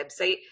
website